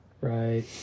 Right